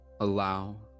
Allow